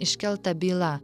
iškelta byla